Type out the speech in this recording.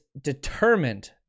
determined